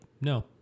no